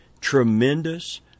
Tremendous